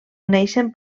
neixen